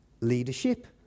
leadership